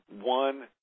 one